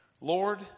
Lord